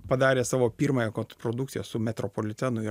padarė savo pirmąją kotprodukciją su metropolitenu ir